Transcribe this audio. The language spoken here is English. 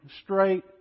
straight